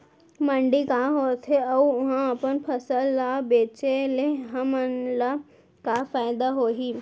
मंडी का होथे अऊ उहा अपन फसल ला बेचे ले हमन ला का फायदा होही?